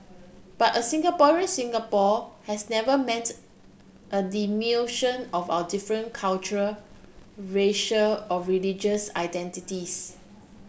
but a Singaporean Singapore has never meant a diminution of our different cultural racial or religious identities